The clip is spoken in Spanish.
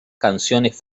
canciones